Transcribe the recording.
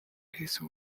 хийсэн